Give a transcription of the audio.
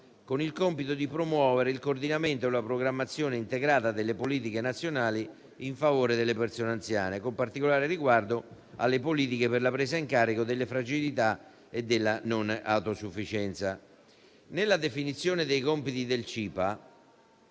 con il compito di promuovere il coordinamento e la programmazione integrata delle politiche nazionali in favore delle persone anziane, con particolare riguardo alle politiche per la presa in carico delle fragilità e della non autosufficienza. Nella definizione dei compiti del CIPA